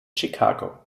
chicago